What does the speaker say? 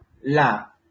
la